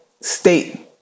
state-